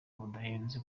budahenze